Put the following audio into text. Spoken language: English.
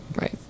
Right